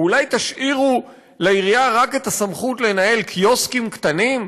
או אולי תשאירו לעירייה רק את הסמכות לנהל קיוסקים קטנים,